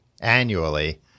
annually